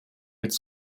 być